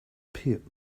pit